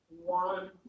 One